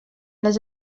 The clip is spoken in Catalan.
les